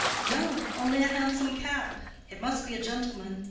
no only a hansom cab. it must be a gentleman.